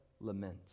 lament